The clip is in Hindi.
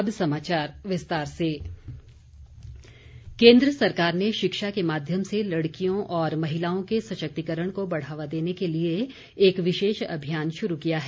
अभियान केन्द्र सरकार ने शिक्षा के माध्यम से लड़कियों और महिलाओं के सशक्तिकरण को बढ़ावा देने के लिए एक विशेष अभियान शुरू किया है